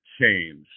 changed